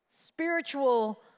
spiritual